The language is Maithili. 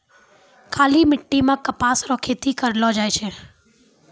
काली मिट्टी मे कपास रो खेती करलो जाय छै